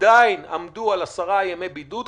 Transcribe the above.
עדיין עמדו על עשרה ימי בידוד,